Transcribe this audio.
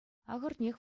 ахӑртнех